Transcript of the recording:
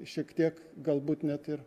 šiek tiek galbūt net ir